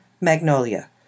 Magnolia